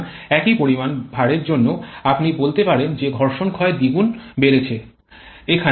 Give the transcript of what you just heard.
সুতরাং একই পরিমাণ ভারের জন্য আপনি বলতে পারেন যে ঘর্ষণ ক্ষয় দ্বিগুণ বেড়েছে